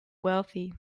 wealthy